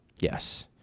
Yes